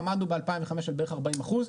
עמדנו ב-2005 על בערך 40%,